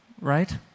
right